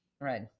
right